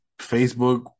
Facebook